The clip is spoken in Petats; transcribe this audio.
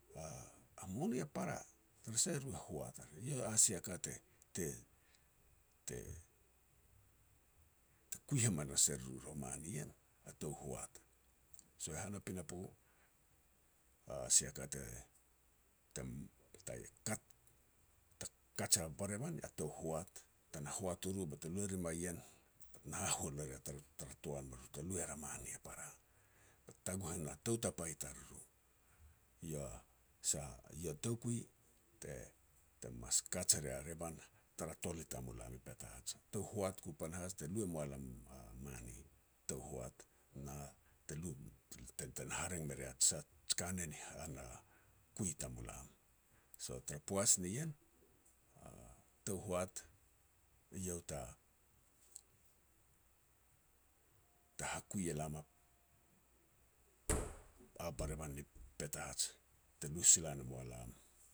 a mone a para tara sah e ru e hoat ar. Eiau a sia ka te-te-te-te kui hamanas e ruru i roman ien, a tou hoat. So hana pinapo a sia ka te-te ta kat, ta kaj a barevan a tou hoat, tana hoat u ru bete lu e rim a ien, bet na hahual ne rea tara-tara toan be ru te lu er a mane a para, bet taguh e na tou tapa i tariru. Eiau a sah, iau a toukui te-te mas kaj e ria revan tara tol i tamulan i Petats. Tou hoat ku panahas te lui moa lam a mane, tou hoat. Na te lu te-te-te na hareng me ria ji sah, ji kanen i hana kui tamulam. So tara poaj nien, a tou hoat eiau ta-ta hakui elam a barevan ni Petats, te lu sila ne moa lam a